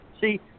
See